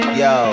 yo